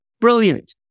Brilliant